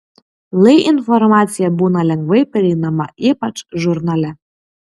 lai informacija būna lengvai prieinama ypač žurnale